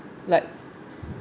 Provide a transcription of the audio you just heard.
like